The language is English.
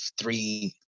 three